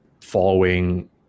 following